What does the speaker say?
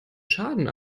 schaden